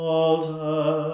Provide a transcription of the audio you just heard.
altar